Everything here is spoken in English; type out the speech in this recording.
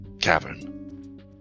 cavern